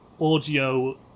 audio